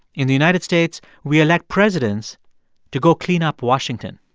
in the united states, we elect presidents to go clean up washington.